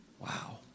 Wow